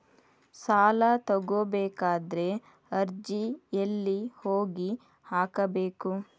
ಸಾಲ ತಗೋಬೇಕಾದ್ರೆ ಅರ್ಜಿ ಎಲ್ಲಿ ಹೋಗಿ ಹಾಕಬೇಕು?